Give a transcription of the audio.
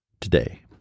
today